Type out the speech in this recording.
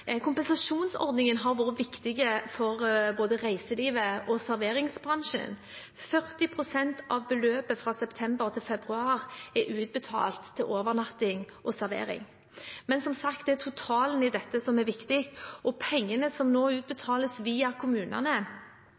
Kompensasjonsordningen har vært viktig for både reiselivet og serveringsbransjen. 40 pst. av beløpet fra september til februar er utbetalt til overnatting og servering. Men som sagt er det totalen i dette som er viktig, og pengene som nå utbetales via kommunene,